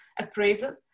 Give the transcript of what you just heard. appraisal